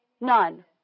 None